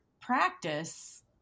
practice